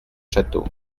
château